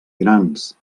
grans